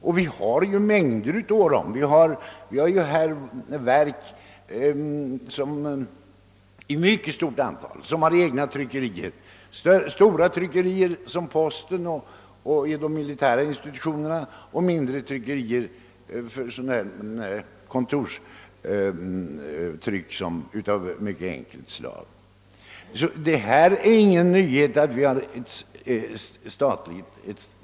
Och det finns ju mängder av sådana. Ett stort antal verk har egna tryckerier: stora tryckerier som posten och de militära institutionerna har och mindre tryckerier för exempelvis kontorstryck av enkelt slag.